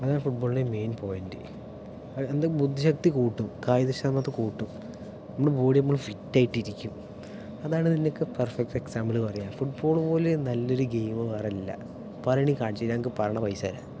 അതാണ് ഫുട്ബോളിൻ്റെ main point എന്താ ബുദ്ധി ശക്തി കൂട്ടും കായിക ക്ഷമത കൂട്ടും നമ്മളെ ബോഡി നമ്മൾ ഫിറ്റായിട്ടിരിക്കും അതാണ് ഇതിൻ്റെയൊക്കെ പെർഫെക്റ്റ് എക്സാംപിൾ പറയാൻ ഫുടബോൾ പോലെ നല്ലൊരു ഗെയിം വേറെ ഇല്ല അറിയാമെങ്കിൽ കാണിച്ചു തരൂ നിങ്ങൾക്ക് പറയണ പൈസ തരാം